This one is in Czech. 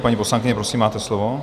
Paní poslankyně, prosím, máte slovo.